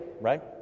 right